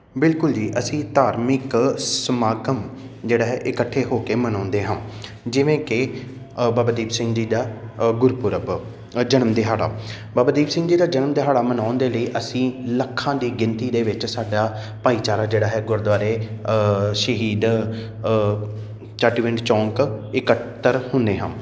ਬਿਲਕੁਲ ਜੀ ਅਸੀਂ ਧਾਰਮਿਕ ਸਮਾਗਮ ਜਿਹੜਾ ਹੈ ਇਕੱਠੇ ਹੋ ਕੇ ਮਨਾਉਂਦੇ ਹਾਂ ਜਿਵੇਂ ਕਿ ਬਾਬਾ ਦੀਪ ਸਿੰਘ ਜੀ ਦਾ ਗੁਰਪੁਰਬ ਜਨਮ ਦਿਹਾੜਾ ਬਾਬਾ ਦੀਪ ਸਿੰਘ ਜੀ ਦਾ ਜਨਮ ਦਿਹੜਾ ਮਨਾਉਣ ਦੇ ਲਈ ਅਸੀਂ ਲੱਖਾਂ ਦੀ ਗਿਣਤੀ ਦੇ ਵਿੱਚ ਸਾਡਾ ਭਾਈਚਾਰਾ ਜਿਹੜਾ ਹੈ ਗੁਰਦੁਆਰੇ ਸ਼ਹੀਦ ਚੱਟ ਵਿੰਡ ਚੌਂਕ ਇਕੱਤਰ ਹੁੰਦੇ ਹਾਂ